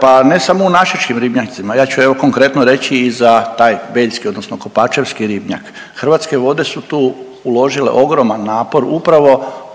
Pa ne samo i našičkim ribnjacima, ja ću evo konkretno reći i za taj beljski odnosno kopačevski ribnjak. Hrvatske vode su tu uložile ogroman napor upravo